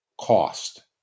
cost